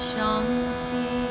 Shanti